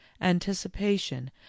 anticipation